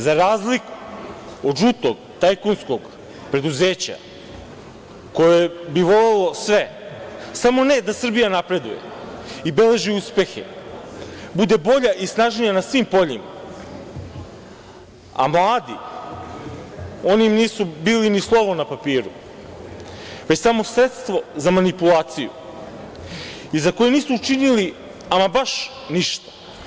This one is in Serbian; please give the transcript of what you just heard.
Za razliku od žutog tajkunskog preduzeća, koje bi volelo sve samo ne da Srbija napreduje i beleži uspehe, bude bolja i snažnija na svim poljima, a mladi, oni nisu bili ni slovo na papiru, već samo sredstvo za manipulaciju i za koju nisu učinili ama baš ništa.